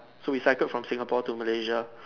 so we cycle from Singapore to Malaysia